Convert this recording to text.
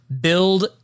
Build